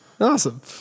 Awesome